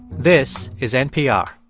this is npr